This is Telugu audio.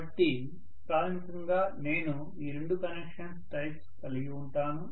కాబట్టి ప్రాథమికంగా నేను ఈ రెండు కన్స్ట్రక్షన్ టైప్స్ కలిగివుంటాను